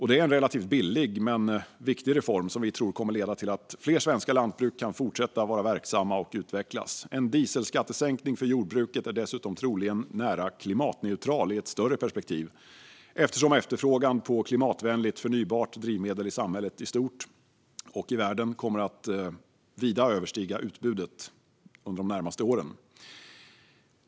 Detta är en relativt billig men viktig reform som vi tror kommer att leda till att fler svenska lantbruk kan fortsätta vara verksamma och utvecklas. En dieselskattesänkning för jordbruket är dessutom troligen nära klimatneutral i ett större perspektiv, eftersom efterfrågan på klimatvänligt förnybart drivmedel i samhället i stort och i världen kommer att vida överstiga utbudet under de närmaste åren.